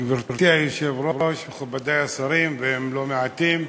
גברתי היושבת-ראש, מכובדי השרים, והם לא מעטים,